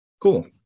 Cool